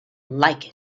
like